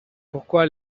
pourquoi